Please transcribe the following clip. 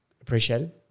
appreciated